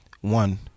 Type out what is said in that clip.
one